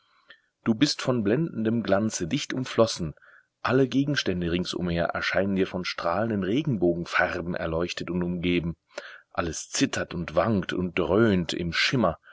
du bist von blendendem glanze dicht umflossen alle gegenstände rings umher erscheinen dir von strahlenden regenbogenfarben erleuchtet und umgeben alles zittert und wankt und dröhnt im schimmer